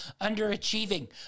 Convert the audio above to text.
underachieving